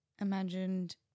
imagined